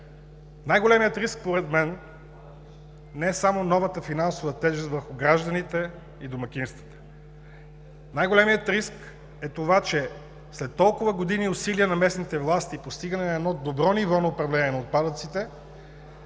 най-големият риск според мен не е само новата финансова тежест върху гражданите и домакинствата. Най-големият риск е това, че след толкова години и усилия на местните власти и постигане на едно добро ниво на управление на отпадъците